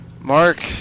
Mark